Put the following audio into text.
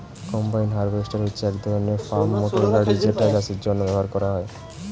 combine harvester হচ্ছে এক ধরণের ফার্ম মোটর গাড়ি যেটা চাষের জন্য ব্যবহার হয়